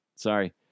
Sorry